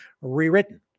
rewritten